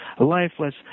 lifeless